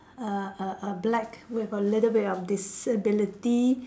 err err a black with a little bit of disability